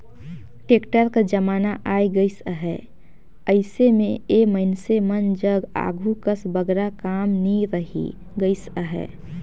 tractor कर जमाना आए गइस अहे, अइसे मे ए मइनसे मन जग आघु कस बगरा काम नी रहि गइस अहे